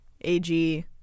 ag